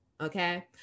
Okay